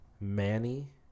Manny